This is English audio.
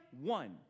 one